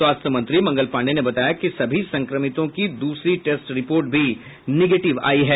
स्वास्थ्य मंत्री मंगल पांडेय ने बताया कि सभी संक्रमितों की दूसरी टेस्ट रिपोर्ट भी निगेटिव आयी है